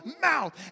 mouth